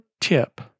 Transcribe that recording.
tip